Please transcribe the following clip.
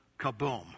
kaboom